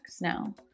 now